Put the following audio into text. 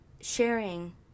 sharing